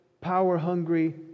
power-hungry